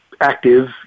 active